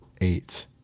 eight